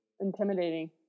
intimidating